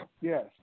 Yes